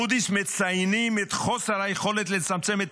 מודי'ס מציינים את חוסר היכולת לצמצם את